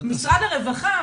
משרד הרווחה,